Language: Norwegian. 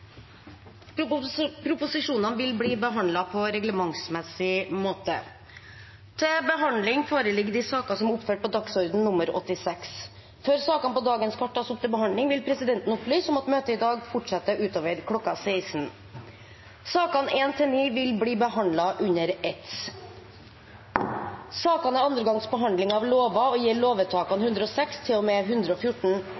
vedtatt. Presidenten vil foreslå Jon Georg Dale. Andre forslag foreligger ikke, og Jon Georg Dale er enstemmig valgt som settepresident for dagens møte. Før sakene på dagens kart tas opp til behandling, vil presidenten opplyse om at møtet i dag fortsetter utover kl. 16. Sakene nr. 1–9 vil bli behandlet under ett. Sakene er andre gangs behandling av lover og gjelder lovvedtakene